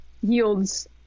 yields